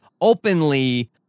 openly